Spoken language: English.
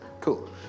Cool